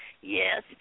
Yes